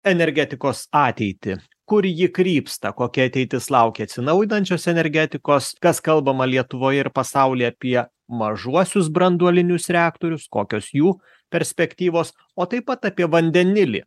energetikos ateitį kur ji krypsta kokia ateitis laukia atsinaujinančios energetikos kas kalbama lietuvoj ir pasauly apie mažuosius branduolinius reaktorius kokios jų perspektyvos o taip pat apie vandenilį